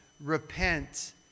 repent